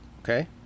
okay